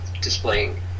displaying